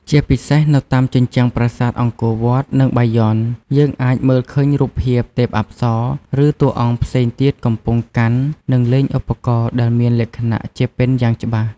ជាពិសេសនៅតាមជញ្ជាំងប្រាសាទអង្គរវត្ត និងបាយ័ន យើងអាចមើលឃើញរូបភាពទេពអប្សរ ឬតួអង្គផ្សេងទៀតកំពុងកាន់ និងលេងឧបករណ៍ដែលមានលក្ខណៈជាពិណយ៉ាងច្បាស់។